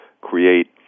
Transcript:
create